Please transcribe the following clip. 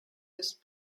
ist